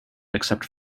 except